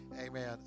amen